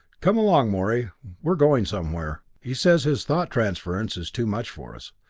come along, morey we're going somewhere. he says this thought transference is too much for us.